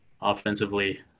offensively